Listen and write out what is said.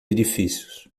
edifícios